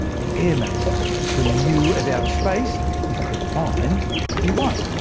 the air mass between you and outer space is defined to be one.